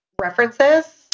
references